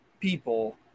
people